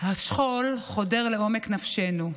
השכול חודר לעומק נפשנו,